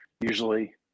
usually